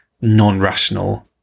non-rational